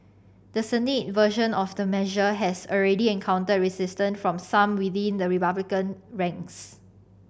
the Senate version of the measure has already encountered resistance from some within the Republican ranks